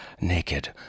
naked